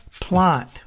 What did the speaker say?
Plant